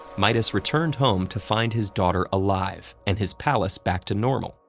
midas returned home to find his daughter alive and his palace back to normal,